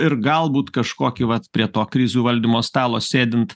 ir galbūt kažkokį vat prie to krizių valdymo stalo sėdint